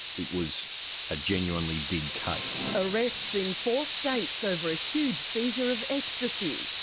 it was a genuinely big case. arrests in four states over a huge seizure of ecstasy.